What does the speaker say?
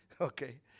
Okay